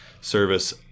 service